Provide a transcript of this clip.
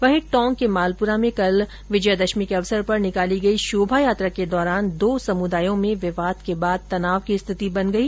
वहीं टोंक के मालपुरा में कल विजयादशमी के अवसर पर निकाली गई शोभायात्रा के दौरान दो समुदायों में विवाद के बाद तनाव की स्थिति बन गई